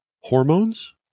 Hormones